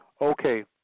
okay